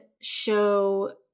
show